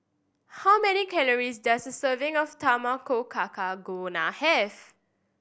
how many calories does a serving of Tamago Kake have